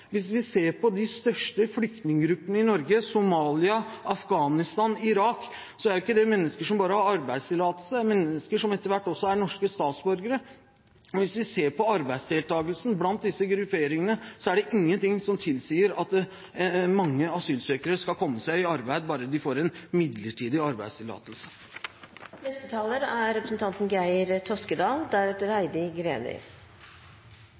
Hvis vi ser på de største flyktninggruppene i Norge, fra Somalia, Afghanistan og Irak, er jo ikke det mennesker som bare har arbeidstillatelse, men mennesker som etter hvert også er norske statsborgere. Hvis vi ser på arbeidsdeltakelsen blant disse grupperingene, er det ingenting som tilsier at mange asylsøkere skal komme seg i arbeid bare de får en midlertidig